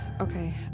okay